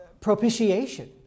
propitiation